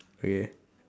okay